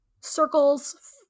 circles